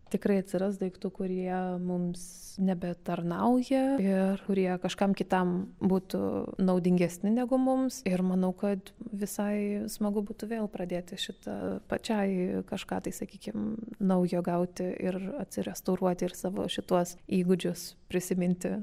tikrai atsiras daiktų kurie mums nebetarnauja ir kurie kažkam kitam būtų naudingesni negu mums ir manau kad visai smagu būtų vėl pradėti šitą pačiai kažką tai sakykim naujo gauti ir atsirestauruoti ir savo šituos įgūdžius prisiminti